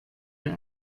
wir